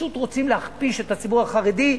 פשוט רוצים להכפיש את הציבור החרדי,